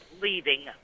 leaving